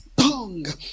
tongue